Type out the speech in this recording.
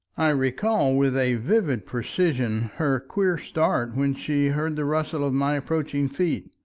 i recall with a vivid precision her queer start when she heard the rustle of my approaching feet,